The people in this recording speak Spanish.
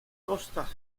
costas